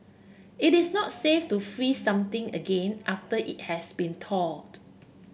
it is not safe to freeze something again after it has been thawed